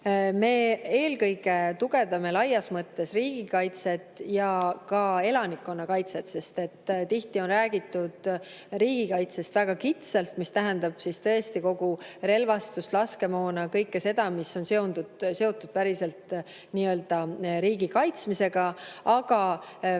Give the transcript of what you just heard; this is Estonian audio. Me eelkõige tugevdame laias mõttes riigikaitset ja ka elanikkonnakaitset, sest tihti on räägitud riigikaitsest väga kitsalt, mis tähendab tõesti kogu relvastust, laskemoona, kõike seda, mis on seotud päriselt riigi kaitsmisega, aga